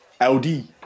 Audi